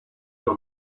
your